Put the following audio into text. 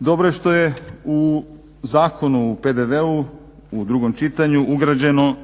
Dobro je što je u Zakonu o PDV-u u drugom čitanju ugrađeno